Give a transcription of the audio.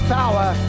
power